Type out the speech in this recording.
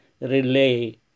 relay